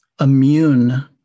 immune